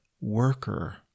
worker